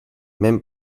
même